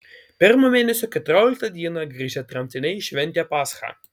pirmo mėnesio keturioliktą dieną grįžę tremtiniai šventė paschą